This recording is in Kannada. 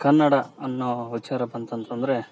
ಕನ್ನಡ ಅನ್ನೋ ವಿಚಾರ ಬಂತಂತಂದರೆ